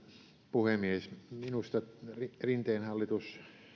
puhemies minusta rinteen hallitus